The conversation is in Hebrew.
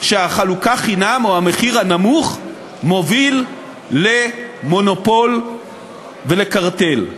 שהחלוקה חינם או המחיר הנמוך מוביל למונופול ולקרטל.